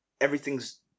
everything's